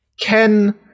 Ken